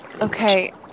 okay